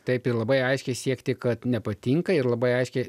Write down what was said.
taip ir labai aiškiai siekti kad nepatinka ir labai aiškiai